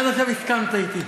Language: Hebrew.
עד עכשיו הסכמת אתי.